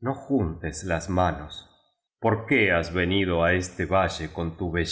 no juntes las manos por qué has venido á este valle con tu be